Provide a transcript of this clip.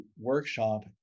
workshop